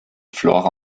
flora